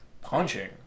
punching